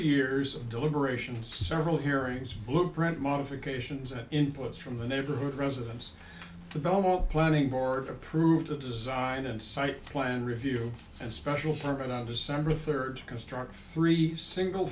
years of deliberations several hearings blueprint modifications and inputs from the neighborhood residence the belmont planning board approved the design and site plan review and special summit on december third construct three single